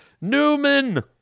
Newman